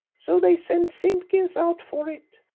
so they send simpkins out for it.